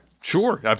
Sure